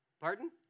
Pardon